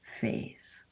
phase